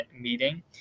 meeting